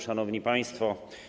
Szanowni Państwo!